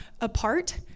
Apart